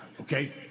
okay